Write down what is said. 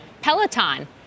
Peloton